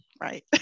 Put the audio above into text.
right